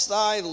thy